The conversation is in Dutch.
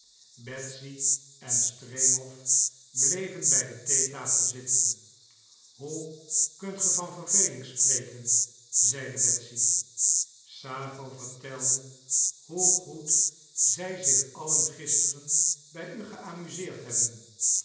betsy en stremow bleven bij de theetafel zitten hoe kunt ge van verveling spreken zeide betsy sappho vertelde hoe goed zij zich allen gisteren bij u geamuseerd hebben